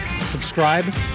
Subscribe